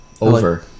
Over